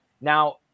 Now